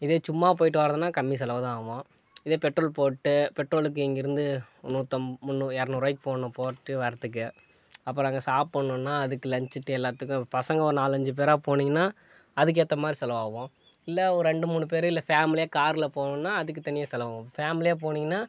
இதே சும்மா போய்ட்டு வர்றதுன்னா கம்மி செலவு தான் ஆகும் இதே பெட்ரோல் போட்டு பெட்ரோலுக்கு இங்கேயிருந்து நூத்தம் முன்னூறு இருநூறுவாய்க்கு போடணும் போய்ட்டு வர்றதுக்கு அப்புறம் அங்கே சாப்புடணுன்னா அதுக்கு லன்ச்சுக்கு எல்லாத்துக்கும் பசங்கள் ஒரு நாலஞ்சு பேராக போனீங்கன்னா அதுக்கேற்ற மாதிரி செலவாகும் இல்லை ஒரு ரெண்டு மூணு பேர் இல்லை ஃபேமிலியாக காரில் போகணுன்னா அதுக்கு தனியாக செலவாகும் ஃபேமிலியாக போனீங்கன்னா